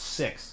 six